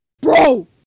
bro